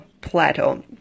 plateau